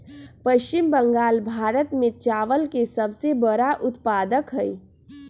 पश्चिम बंगाल भारत में चावल के सबसे बड़ा उत्पादक हई